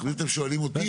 אם אתם שואלים אותי,